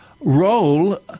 role